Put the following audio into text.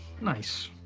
Nice